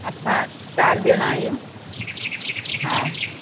असां चारि ॼणा आहियूं हा